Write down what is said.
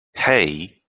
hey